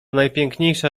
najpiękniejsza